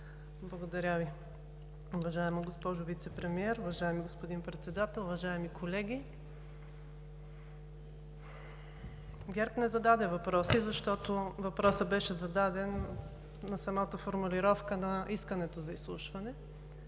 Благодаря Ви. Уважаема госпожо Вицепремиер, уважаеми господин Председател, уважаеми колеги! ГЕРБ не зададе въпроси, защото въпросът беше зададен в самата формулировка на искането за изслушване